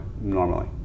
normally